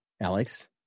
Alex